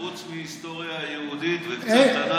חוץ מהיסטוריה יהודית וקצת תנ"ך,